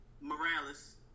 Morales